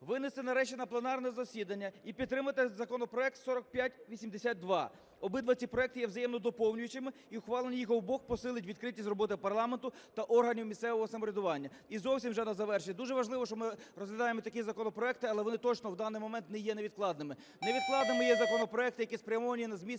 винести нарешті на пленарне засідання і підтримати законопроект 4582. Обидва ці проекти є взаємодоповнюючими і ухвалення їх обох посилить відкритість роботи парламенту та органів місцевого самоврядування. І зовсім вже на завершення. Дуже важливо, що ми розглядаємо такі законопроекти, але вони точно в даний момент не є невідкладними. Невідкладними є законопроекти, які спрямовані на